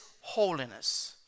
holiness